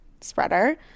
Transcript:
spreader